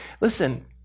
Listen